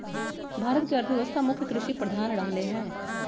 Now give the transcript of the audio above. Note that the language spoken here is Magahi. भारत के अर्थव्यवस्था मुख्य कृषि प्रधान रहलै ह